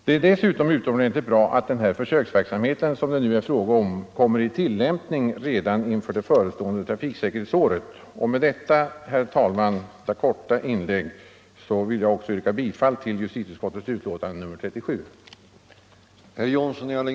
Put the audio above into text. Det är också utomordentligt bra att den försöksverksamhet som det nu är fråga om börjar tillämpas redan under det förestående trafiksäkerhetsåret. Med detta korta inlägg yrkar jag, herr talman, bifall till vad utskottet hemställt.